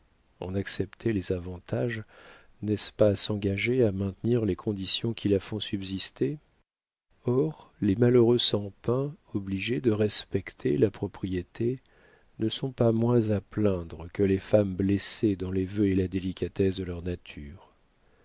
en accepter les avantages n'est-ce pas s'engager à maintenir les conditions qui la font subsister or les malheureux sans pain obligés de respecter la propriété ne sont pas moins à plaindre que les femmes blessées dans les vœux et la délicatesse de leur nature